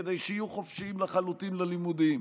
כדי שיהיו חופשיים לחלוטין ללימודים.